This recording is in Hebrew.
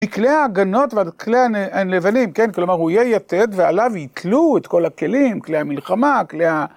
כלי ההגנות ועל כלי הלבנים, כן? כלומר, הוא יהיה יתד ועליו יתלו את כל הכלים, כלי המלחמה, כלי ה...